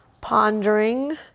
pondering